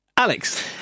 Alex